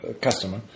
customer